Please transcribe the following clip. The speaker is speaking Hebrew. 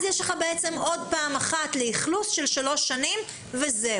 אז יש לך עוד פעם אחת לאכלוס של שלוש שנים וזהו.